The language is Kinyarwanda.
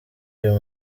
uyu